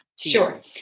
Sure